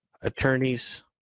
attorneys